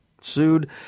sued